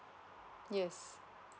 yes